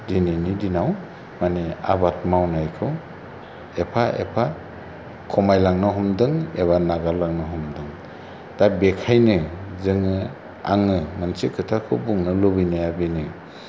दिनैनि दिनाव माने आबाद मावनायखौ एफा एफा खमायलांनो हमदों एबा नागारलांनो हमदों दा बेखायनो जोङो आङो मोनसे खोथाखौ बुंनो लुबैनाया बेनो